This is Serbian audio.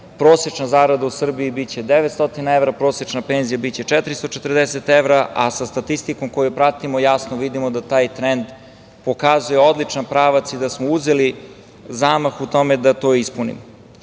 prosečna zarada u Srbiji biće 900 evra, prosečna penzija biće 440 evra, a sa statistikom koju pratimo jasno vidimo da taj trend pokazuje odličan pravac i da smo uzeli zamah u tome da to ispunimo. Nas